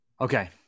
Okay